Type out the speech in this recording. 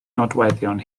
nodweddion